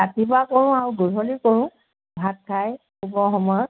ৰাতিপুৱা কৰোঁ আৰু গধূলি কৰোঁ ভাত খাই শুবৰ সময়ত